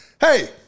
hey